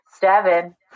seven